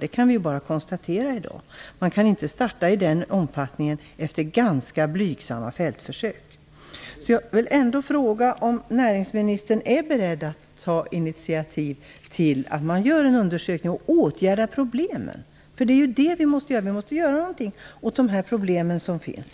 Det kan vi ju konstatera i dag. Man kan inte starta i den omfattningen efter ganska blygsamma fältförsök. Jag vill ändå fråga om näringsministern är beredd att ta initiativ till att man gör en undersökning och åtgärdar problemen. Det är det vi måste göra; vi måste göra någonting åt de problem som finns.